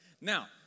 Now